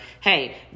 Hey